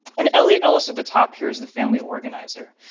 and elliot elliot at the top here is the family organizer.